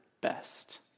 best